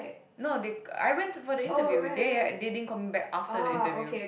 no they I went to for the interview they they didn't call me back after the interview